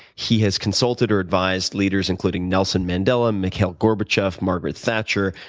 he has consulted or advised leaders including nelson mandela, mikhail gorbachev, margaret thatcher,